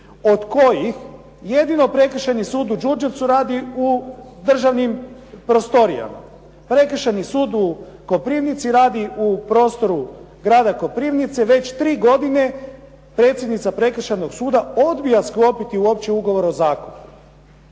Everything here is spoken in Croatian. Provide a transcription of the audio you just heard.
od kojih jedino Prekršajni sud u Đurđevcu radi u državnim prostorijama. Prekršajni sud u Koprivnici radi u prostoru grada Koprivnice. Već tri godine predsjednica prekršajnog suda obija sklopiti uopće ugovor o zakupu.